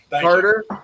Carter